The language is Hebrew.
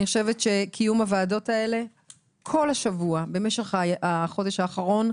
אני חושבת שקיום הוועדות האלה כל השבוע במשך החודש האחרון,